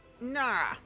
nah